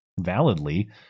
validly